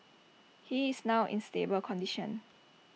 he is now in stable condition